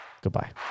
Goodbye